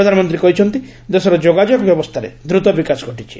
ପ୍ରଧାନମନ୍ତ୍ରୀ କହିଛନ୍ତି ଦେଶର ଯୋଗାଯୋଗ ବ୍ୟବସ୍ଥାରେ ଦ୍ରୁତ ବିକାଶ ଘଟିଛି